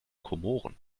komoren